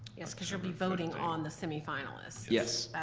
yes, cause you'll be voting on the semifinalists. yes.